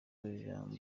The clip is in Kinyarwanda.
ijambo